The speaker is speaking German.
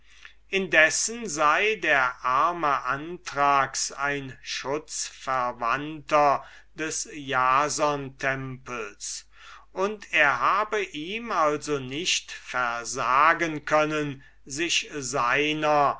indessen sei der arme anthrax ein schutzverwandter des jasontempels und er habe ihm also nicht versagen können sich seiner